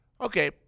Okay